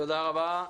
תודה רבה.